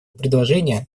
предложения